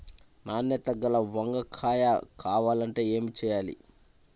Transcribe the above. నాణ్యత గల వంగ కాయ కావాలంటే ఏమి చెయ్యాలి?